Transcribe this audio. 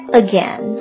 again